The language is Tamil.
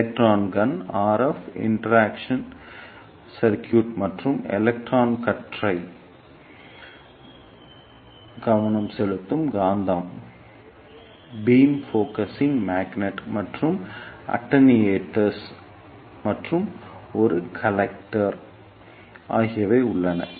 எஃப் இன்டராக்ஷன் சர்க்யூட் மற்றும் எலக்ட்ரான் கற்றை கவனம் செலுத்தும் காந்தம் மற்றும் அட்டென்யூட்டர் மற்றும் ஒரு கலெக்டர் ஆகியவை உள்ளன